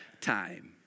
time